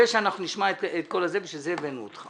זה שנשמע את כל זה, בשביל זה הבאנו אותך.